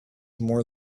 more